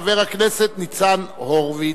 חבר הכנסת ניצן הורוביץ.